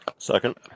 Second